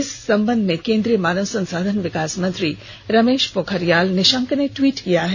इस संबंध में केन्द्रीय मानव संसाधन विकास मंत्री रमेश पोखरियाल निशंक ने द्वीट किया है